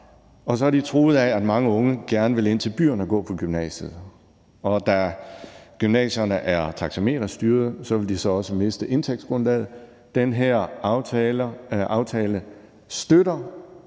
Og så er de truet af, at mange unge gerne vil ind til byerne og gå på gymnasiet. Og da gymnasierne er taxameterstyret, vil de så miste indtægtsgrundlaget. Den her aftale støtter